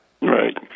right